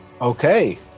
Okay